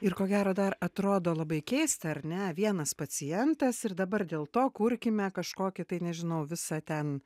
ir ko gero dar atrodo labai keista ar ne vienas pacientas ir dabar dėl to kurkime kažkokį tai nežinau visą ten